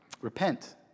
Repent